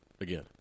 again